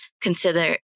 consider